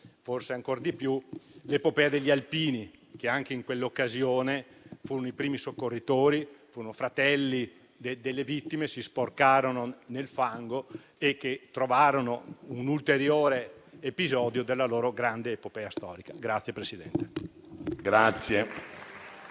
ancor di più l'impresa eroica degli alpini, che anche in quell'occasione furono i primi soccorritori, furono fratelli delle vittime, si sporcarono nel fango e compirono un ulteriore gesto della loro grande epopea storica.